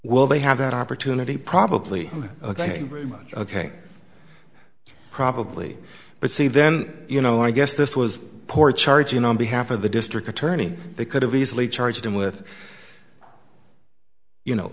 well they have that opportunity probably ok very much ok probably but see then you know i guess this was poor charging on behalf of the district attorney they could have easily charged him with you know